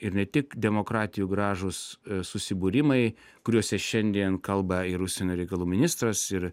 ir ne tik demokratijų gražūs susibūrimai kuriuose šiandien kalba ir užsienio reikalų ministras ir